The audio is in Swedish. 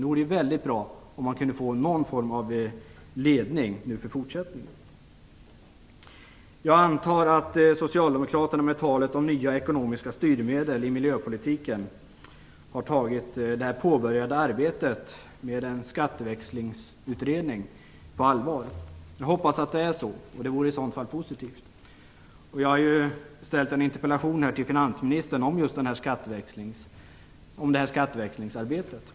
Det vore mycket bra om vi kunde få någon form av ledning om fortsättningen. Jag antar att Socialdemokraterna med talet om nya ekonomiska styrmedel i miljöpolitiken har tagit det påbörjade arbetet med en skatteväxlingsutredning på allvar. Jag hoppas att det är så. Det vore i så fall positivt. Jag har ju ställt en interpellation till finansministern om just det här skatteväxlingsarbete.